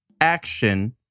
action